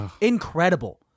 incredible